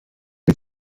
mit